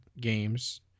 games